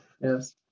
Yes